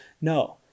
No